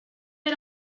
era